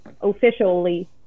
officially